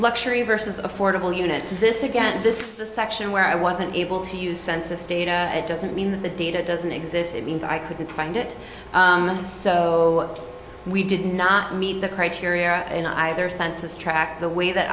luxury versus affordable units this again this is the section where i wasn't able to use census data and it doesn't mean that the data doesn't exist it means i couldn't find it so we did not meet the criteria in either census track the way that